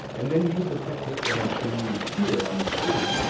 and then use the technique that i'm showing you here on the screen,